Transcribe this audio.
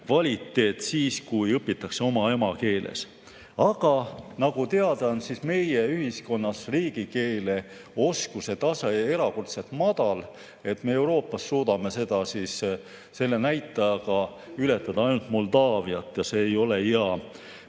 õppekvaliteet siis, kui õpitakse oma emakeeles. Aga nagu teada, on meie ühiskonnas riigikeele oskuse tase erakordselt madal, me Euroopas suudame selle näitajaga ületada ainult Moldaaviat ja see ei ole hea